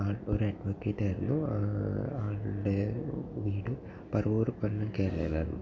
ആൾ ഒരു അഡ്വക്കേറ്റ് ആയിരുന്നു ആളുടെ വീട് പറവൂർ പൊന്നക്കേൽ ആയിരുന്നു